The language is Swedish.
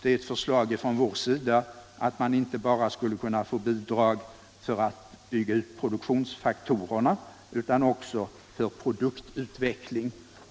Den gäller ett förslag från vår sida att man skulle kunna få bidrag inte bara för att bygga ut produktionsfaktorerna, utan också för produktutveckling.